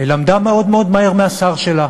למדה מאוד מאוד מהר מהשר שלה.